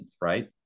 right